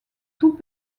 tout